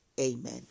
Amen